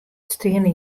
steane